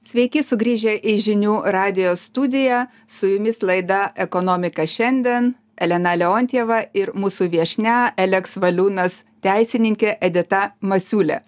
sveiki sugrįžę į žinių radijo studiją su jumis laida ekonomika šiandien elena leontjeva ir mūsų viešnia eleks valiunas teisininkė edita masiūlė